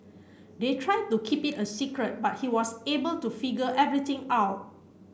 they tried to keep it a secret but he was able to figure everything out